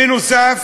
בנוסף,